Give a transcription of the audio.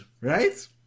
right